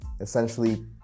essentially